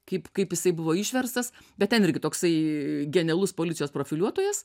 kaip kaip jisai buvo išverstas bet irgi toksai genialus policijos profiliuotojas